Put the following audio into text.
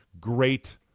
great